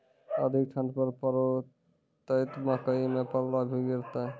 अधिक ठंड पर पड़तैत मकई मां पल्ला भी गिरते?